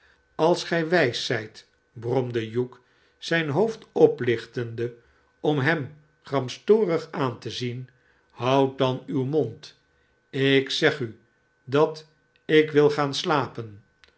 als gij wijs zijt bromde hugh zijn hoofd oplichtende om hem gramstorig aan te zien houd dan uw mond ik zeg u dat ik wil gaan slapen